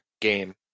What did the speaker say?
game